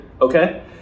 Okay